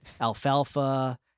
alfalfa